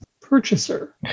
purchaser